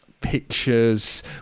pictures